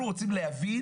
אנחנו רוצים להבין